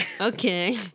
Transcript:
Okay